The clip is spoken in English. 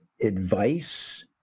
advice